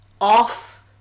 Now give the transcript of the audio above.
off